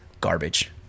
garbage